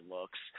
looks